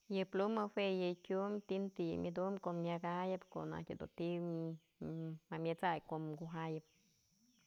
Yë pluma jue yë tyum, tinta yë myëdum kko'o myak jayëp ko'o naj dun ti'i jamyet'sanyë kom kujayëp.